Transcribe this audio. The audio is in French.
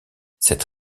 cette